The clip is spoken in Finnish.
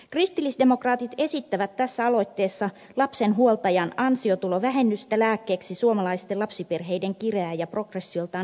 kristillisdemokraatit esittävät tässä aloitteessa lapsen huoltajan ansiotulovähennystä lääkkeeksi suomalaisten lapsiperheiden kireään ja progressioltaan ankaraan verotukseen